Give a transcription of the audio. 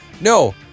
no